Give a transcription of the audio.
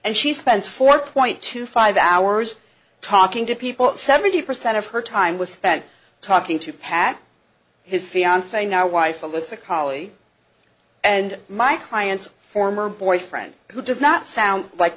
and she spends four point two five hours talking to people at seventy percent of her time was spent talking to pat his fiance now wife alyssa collie and my client's former boyfriend who does not sound like